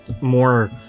more